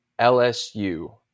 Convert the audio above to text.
LSU